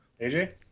AJ